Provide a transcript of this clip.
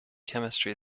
chemistry